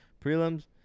Prelims